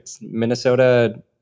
Minnesota